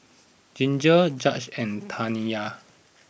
Ginger Judge and Taniya